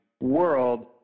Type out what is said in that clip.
world